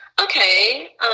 Okay